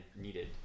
needed